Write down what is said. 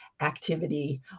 activity